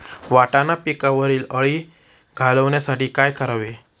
वाटाणा पिकावरील अळी घालवण्यासाठी काय करावे?